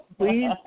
please